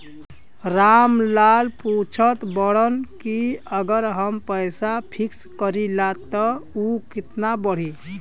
राम लाल पूछत बड़न की अगर हम पैसा फिक्स करीला त ऊ कितना बड़ी?